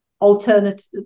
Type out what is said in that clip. alternative